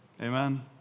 Amen